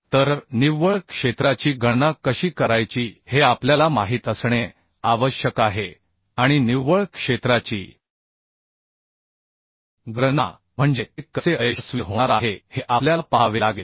तर निव्वळ क्षेत्राची गणना कशी करायची हे आपल्याला माहित असणे आवश्यक आहे आणि निव्वळ क्षेत्राची गणना म्हणजे ते कसे अयशस्वी होणार आहे हे आपल्याला पाहावे लागेल